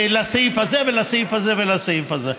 לסעיף הזה ולסעיף הזה ולסעיף הזה,